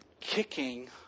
kicking